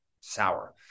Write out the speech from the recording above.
sour